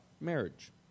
marriage